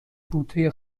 بوته